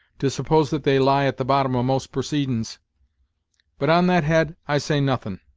to suppose that they lie at the bottom of most proceedin's but, on that head, i say nothin'.